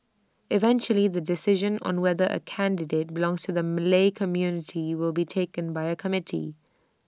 eventually the decision on whether A candidate belongs to the Malay community will be taken by A committee